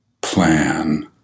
plan